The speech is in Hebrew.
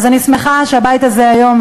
אז אני שמחה שהבית הזה היום,